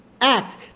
Act